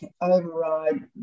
override